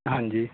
ਹਾਂਜੀ